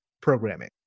programming